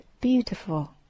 beautiful